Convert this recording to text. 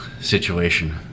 situation